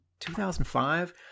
2005